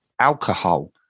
alcohol